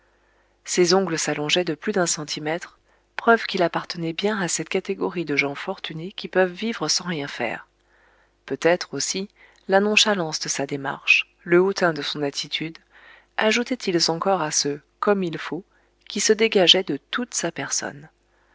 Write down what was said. ses ongles s'allongeaient de plus d'un centimètre preuve qu'il appartenait bien à cette catégorie de gens fortunés qui peuvent vivre sans rien faire peut-être aussi la nonchalance de sa démarche le hautain de son attitude ajoutaient ils encore à ce comme il faut qui se dégageait de toute sa personne